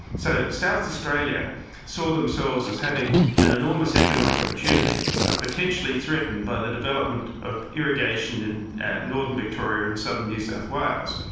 so south australia saw themselves as having an enormous economic opportunity, but potentially threatened by the development of irrigation in northern victoria and southern new south wales.